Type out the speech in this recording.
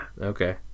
Okay